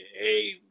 hey